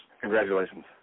Congratulations